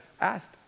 asked